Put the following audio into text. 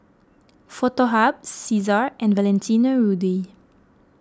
Foto Hub Cesar and Valentino Rudy